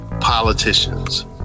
politicians